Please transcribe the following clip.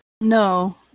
No